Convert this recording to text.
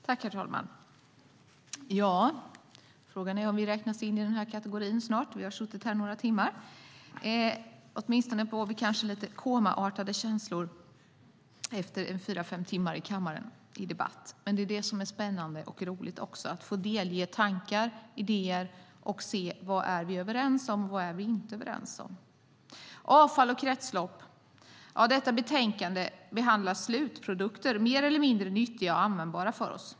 Herr talman! Frågan är om vi snart räknas in i den kategorin. Vi har suttit här några timmar. Åtminstone får vi kanske lite komaartade känslor efter fyra fem timmars debatt i kammaren. Men det är också spännande och roligt att få dela tankar och idéer och se vad vi är överens om och vad vi inte är överens om. Detta betänkande om avfall och kretslopp behandlar slutprodukter som är mer eller mindre nyttiga och användbara för oss.